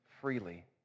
freely